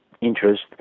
interest